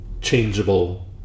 changeable